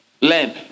Learn